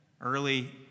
early